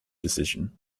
decision